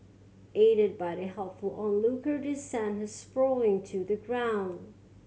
aided by the helpful onlooker they sent her sprawling to the ground